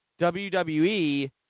WWE